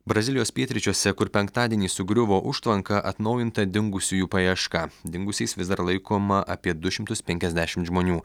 brazilijos pietryčiuose kur penktadienį sugriuvo užtvanka atnaujinta dingusiųjų paieška dingusiais vis dar laikoma apie du šimtus penkiasdešimt žmonių